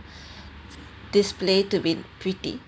display to be pretty